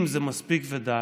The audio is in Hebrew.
אם זה מספיק ודי